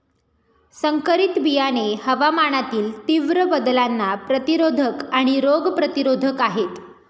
संकरित बियाणे हवामानातील तीव्र बदलांना प्रतिरोधक आणि रोग प्रतिरोधक आहेत